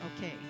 okay